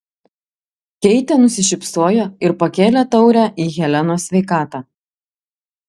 keitė nusišypsojo ir pakėlė taurę į helenos sveikatą